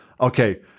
okay